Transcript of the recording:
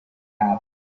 happen